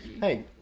hey